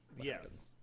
Yes